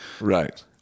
right